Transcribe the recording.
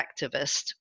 activist